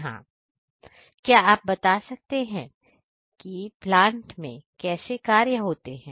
हां क्या आप बता सकते हैं कि प्लांट में कैसे कार्य होते हैं